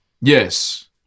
Yes